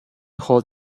hold